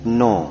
no